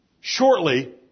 shortly